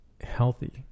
healthy